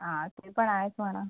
हां ते पण आहेच म्हणा